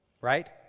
Right